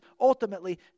ultimately